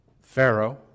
Pharaoh